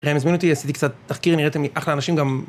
‫הם הזמינו אותי, עשיתי קצת תחקיר, ‫נראיתם לי אחלה אנשים גם...